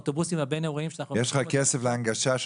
האוטובוסים הבין-עירוניים שאנחנו --- יש לך כסף להנגשה,